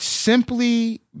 Simply